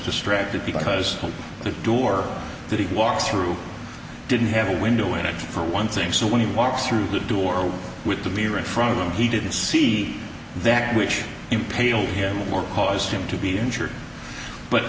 distracted because the door that he walked through didn't have a window in it for one thing so when he walks through the door with the mirror in front of him he didn't see that which impaled him or caused him to be injured but